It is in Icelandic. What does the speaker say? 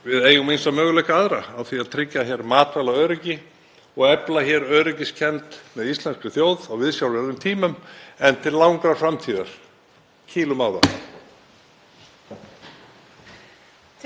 Kýlum á það.